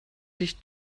dich